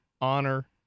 honor